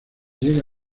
llega